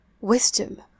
Wisdom